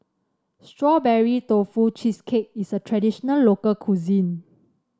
Strawberry Tofu Cheesecake is a traditional local cuisine